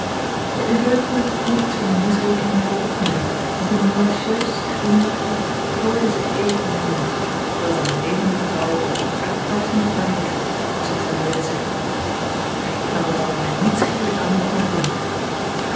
de ondeugende moet iets van die misrekening hebben opgemerkt want een malacieus glimlachje plooide zich even om haar mond terwijl zij haar levendige blauwe oogen uittartend op mij richtte als had zij mij willen zeggen reken er op dat het mij niet schelen kan hoe gij mij vindt